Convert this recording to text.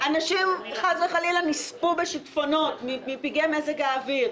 אנשים נספו משיטפונות, מפגעי מזג האוויר,